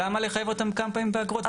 למה לחייב אותם כמה פעמים באגרות?